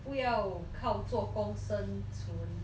不要靠做工生存